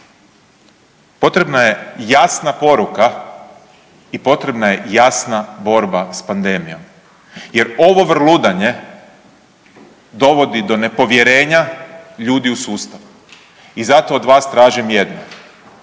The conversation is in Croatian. Potrebna je jasna poruka i potrebna je jasna borba s pandemijom jer ovo vrludanje dovodi do nepovjerenja ljudi u sustav. I zato od vas tražim jedno.